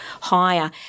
higher